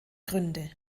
gründe